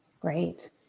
Great